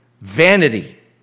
Vanity